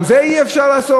גם את זה אי-אפשר לעשות?